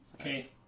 okay